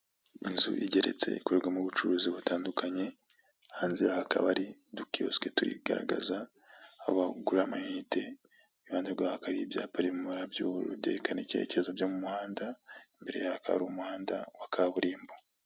Inzu igeretse ikorerwa mo ubucuruzi butandukanye, hanze ahakaba hari udukiyosike turi kugaragaza aho bagura amayinite, iruhande rwaho hakaba hari ibyapa biri mu mabara by'ubururu byerekana ibyerekezo byo mu muhanda, mbere hakaba hari umuhanda wa kaburimbo.